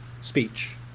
speech